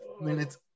minutes